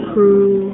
Crew